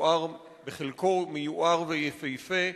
שהוא הר, בחלקו הוא מיוער ויפהפה.